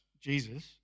Jesus